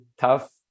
tough